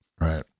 Right